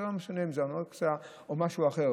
זה לא משנה אם זה אנורקסיה או משהו אחר.